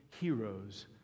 Heroes